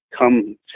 come